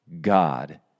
God